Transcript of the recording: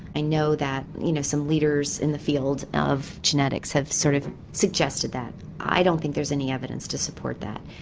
i know that you know some leaders in the field of genetics have sort of suggested that, i don't think there's any evidence to support that.